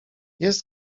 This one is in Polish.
jest